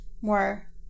more